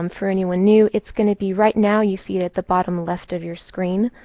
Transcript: um for anyone new, it's going to be right now, you see it at the bottom left of your screen.